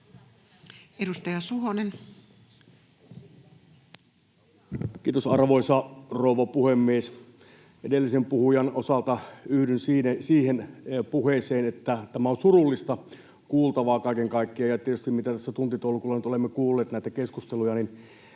20:39 Content: Kiitos, arvoisa rouva puhemies! Edellisen puhujan osalta yhdyn siihen puheeseen, että tämä on surullista kuultavaa kaiken kaikkiaan. Ja tietysti, mitä tässä tuntitolkulla nyt olemme kuulleet näitä keskusteluja,